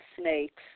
snakes